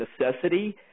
necessity